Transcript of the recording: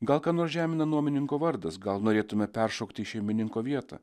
gal ką nors žemina nuomininko vardas gal norėtume peršokti į šeimininko vietą